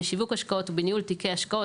בשיווק השקעות ובניהול תיקי השקעות,